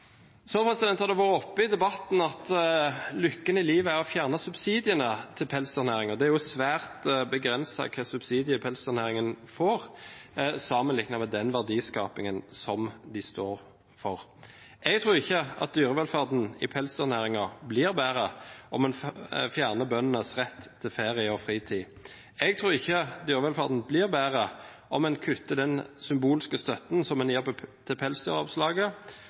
Så har det vært oppe i debatten at lykken i livet er å fjerne subsidiene til pelsdyrnæringen. Det er svært begrenset hva slags subsidier pelsdyrnæringen får, sammenliknet med den verdiskapingen som de står for. Jeg tror ikke at dyrevelferden i pelsdyrnæringen blir bedre om en fjerner bøndenes rett til ferie og fritid. Jeg tror ikke dyrevelferden blir bedre om en kutter den symbolske støtten som en gir